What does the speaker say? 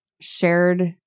shared